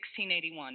1681